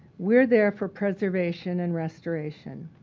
we're there for preservation and restoration.